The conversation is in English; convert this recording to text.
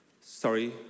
sorry